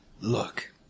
look